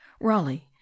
Raleigh